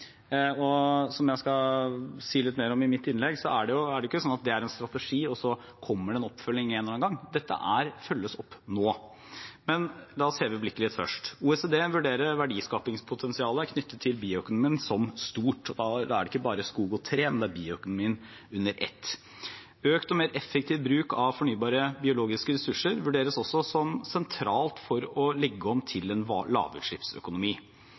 Som jeg skal si litt mer om i mitt innlegg, er det ikke sånn at det er en strategi, og så kommer det en oppfølging en eller annen gang. Dette følges opp nå. La oss heve blikket litt først. OECD vurderer verdiskapingspotensialet knyttet til bioøkonomien som stort. Da er det ikke bare skog og tre, men bioøkonomien under ett. Økt og mer effektiv bruk av fornybare biologiske ressurser vurderes også som sentralt for å legge om til en lavutslippsøkonomi.